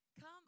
come